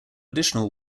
additional